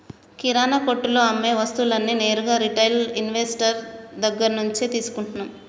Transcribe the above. కిరణా కొట్టులో అమ్మే వస్తువులన్నీ నేరుగా రిటైల్ ఇన్వెస్టర్ దగ్గర్నుంచే తీసుకుంటన్నం